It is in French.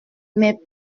mais